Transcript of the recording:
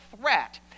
threat